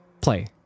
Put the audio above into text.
play